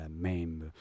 même